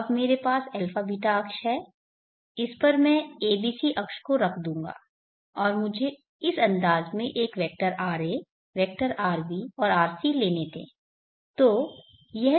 अब मेरे पास α β अक्ष है इस पर मैं a b c अक्ष को रख दूंगा और मुझे इस अंदाज़ में एक वेक्टर ra वेक्टर rb और rc लेने दें